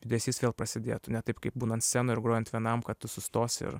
judesys vėl prasidėtų ne taip kaip būnant scenoj ir grojant vienam kad tu sustosi ir